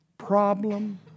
problem